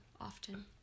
often